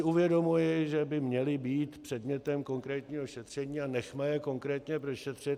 Uvědomuji si, že by měly být předmětem konkrétního šetření, a nechme je konkrétně prošetřit.